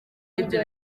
ibyo